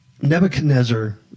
Nebuchadnezzar